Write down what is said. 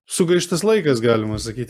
sugaištas laikas galima sakyt